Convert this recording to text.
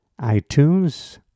iTunes